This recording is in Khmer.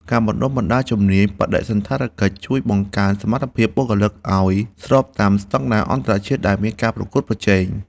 ការបណ្តុះបណ្តាលជំនាញបដិសណ្ឋារកិច្ចជួយបង្កើនសមត្ថភាពបុគ្គលិកឱ្យស្របតាមស្តង់ដារអន្តរជាតិដែលមានការប្រកួតប្រជែង។